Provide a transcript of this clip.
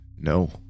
No